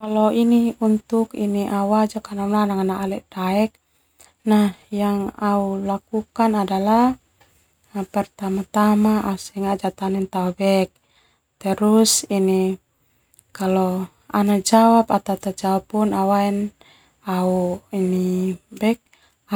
Kalo ini yang au lakukan pertama-tama adalah au sengaja atanen ana tao bek ana jawab atau ta boe au